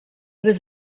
was